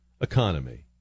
economy